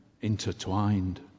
intertwined